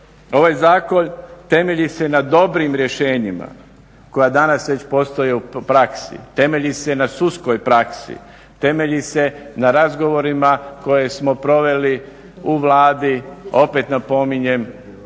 Ovaj Zakon temelji se na dobrim rješenjima koja danas već postoje u praksi, temelji se na sudskoj praksi, temelji se na razgovorima koje smo proveli u Vladi opet napominjem,